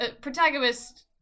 protagonist